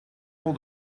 all